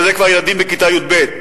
וזה כבר ילדים בכיתה י"ב.